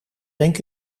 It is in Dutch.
denk